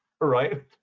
right